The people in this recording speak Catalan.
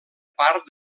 part